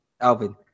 Alvin